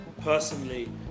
personally